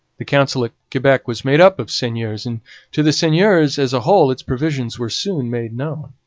the council at quebec was made up of seigneurs, and to the seigneurs as a whole its provisions were soon made known.